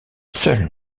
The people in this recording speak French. seul